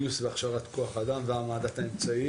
גיוס והכשרת כוח אדם והעמדת האמצעים.